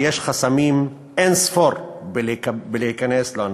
כי יש חסמים אין-ספור בפני כניסה לאוניברסיטה.